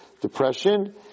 Depression